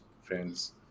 friends